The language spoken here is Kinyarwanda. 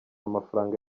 amafaranga